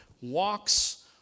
walks